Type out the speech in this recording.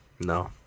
no